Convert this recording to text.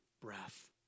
breath